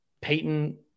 Peyton